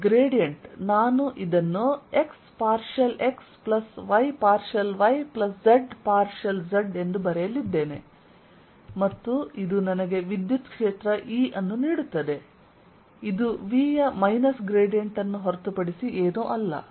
ಮತ್ತು ಗ್ರೇಡಿಯಂಟ್ ನಾನು ಇದನ್ನು x partial x plus y partial y plus z partial zಎಂದು ಬರೆಯಲಿದ್ದೇನೆ ಮತ್ತು ಇದು ನನಗೆ ವಿದ್ಯುತ್ ಕ್ಷೇತ್ರ E ಅನ್ನು ನೀಡುತ್ತದೆ ಇದು V ಯ ಮೈನಸ್ ಗ್ರೇಡಿಯಂಟ್ ಅನ್ನು ಹೊರತುಪಡಿಸಿ ಏನೂ ಅಲ್ಲ